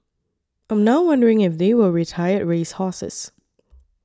I'm now wondering if they were retired race horses